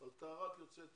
על טהרת יוצאי אתיופיה.